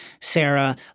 Sarah